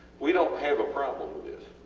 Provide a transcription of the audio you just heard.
we dont have a problem with this.